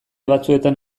batzuetan